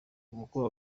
umukuru